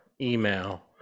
email